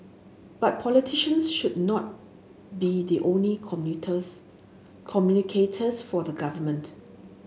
but politicians should not be the only commuters communicators for the government